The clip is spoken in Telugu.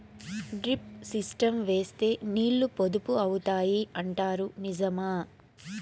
డ్రిప్ సిస్టం వేస్తే నీళ్లు పొదుపు అవుతాయి అంటారు నిజమా?